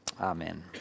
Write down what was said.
Amen